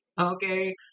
okay